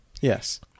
yes